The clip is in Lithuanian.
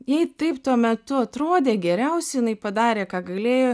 jai taip tuo metu atrodė geriausia jinai padarė ką galėjo